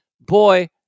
Boy